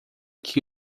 que